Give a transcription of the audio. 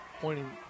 pointing